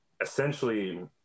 essentially